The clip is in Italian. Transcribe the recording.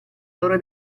loro